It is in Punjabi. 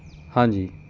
ਹਾਂਜੀ